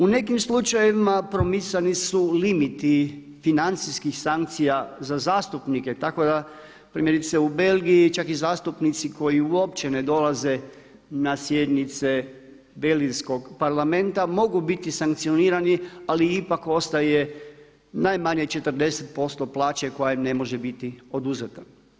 U nekim slučajevima promicani su limiti financijskih sankcija za zastupnike, tako da primjerice u Belgiji čak i zastupnici koji uopće ne dolaze na sjednice belgijskog Parlamenta mogu biti sankcionirani ali ipak ostaje najmanje 40% plaće koja im ne može biti oduzeta.